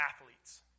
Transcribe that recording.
Athletes